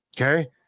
Okay